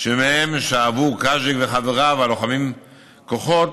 שמהם שאבו קאז'יק וחבריו הלוחמים כוחות,